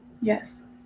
Yes